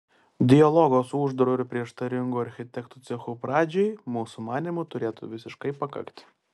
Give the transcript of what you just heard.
dialogo su uždaru ir prieštaringu architektų cechu pradžiai mūsų manymu turėtų visiškai pakakti